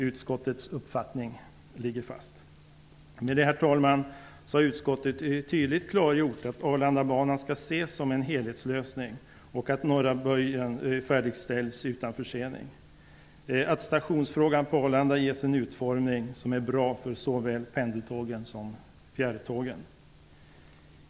Utskottets uppfattning ligger fast.'' Med detta, herr talman, har utskottet tydligt klargjort att Arlandabanan skall ses som en helhetslösning, att Norra böjen färdigställs utan försening och att frågan om stationen på Arlanda ges en utformning som är bra för såväl pendeltågen som fjärrtågen.